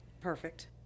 Perfect